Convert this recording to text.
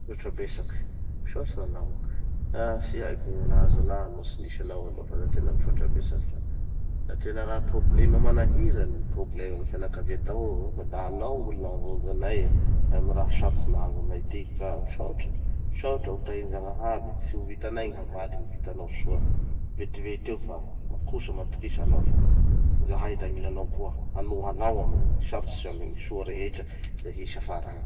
Misaotra betsaky. Misaotsy anao. Ah tsy haiko gny ho nahazo anaha no tsy nisy anao aho nampanantena, misaotra betsaky fa, da tena raha problema manahira any problema amy fianakavia tahô, fa da hanao gn'olo nahavonjy anay, amy raha sarotsy nahazo anay tiky ka misaotra. Misaotra ho tahin-janahary, tsy ho vitanay gny hamaly gny vitanao soa vetivety eo fa kosa matokisa hanao fa zahay da agnilanao koa, hanoha anao amy gny sarotsy sy amy gny soa rehetra zay hisy afara agny aby.